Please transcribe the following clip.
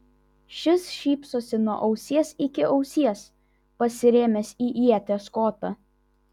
šis šypsosi nuo ausies iki ausies pasirėmęs į ieties kotą